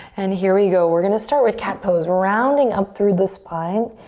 and here we go, we're gonna start with cat pose. rounding up through the spine.